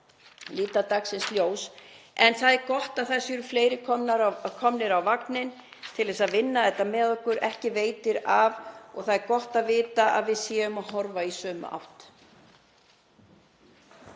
líta dagsins ljós. En það er gott að það séu fleiri komnir á vagninn til að vinna þetta með okkur, ekki veitir af, og það er gott að vita að við séum að horfa í sömu átt.